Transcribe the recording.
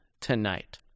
tonight